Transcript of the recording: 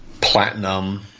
platinum